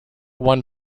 one